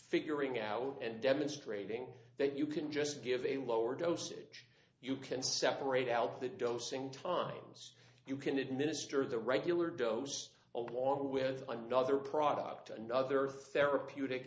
figuring out and demonstrating that you can just give a lower dosage you can separate out the dosing times you can administer the regular dose along with another product another therapeutic